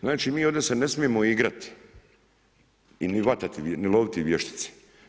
Znači, mi ovdje se ne smijemo igrati, ni loviti vještice.